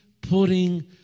putting